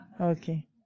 Okay